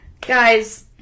Guys